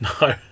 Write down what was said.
No